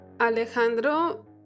Alejandro